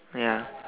ya